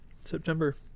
september